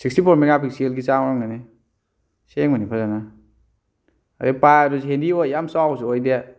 sixty four mega ꯄꯤꯛꯁꯦꯜꯒꯤ ꯆꯥꯡ ꯑꯣꯏꯔꯝꯒꯅꯤ ꯁꯦꯡꯕꯅꯤ ꯐꯖꯅ ꯑꯗꯩ ꯄꯥꯏꯕꯗꯁꯨ ꯍꯦꯟꯗꯤ ꯑꯣꯏ ꯌꯥꯝ ꯆꯥꯎꯕꯁꯨ ꯑꯣꯏꯗꯦ